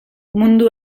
mundu